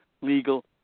legal